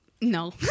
no